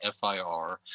FIR